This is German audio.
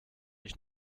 ich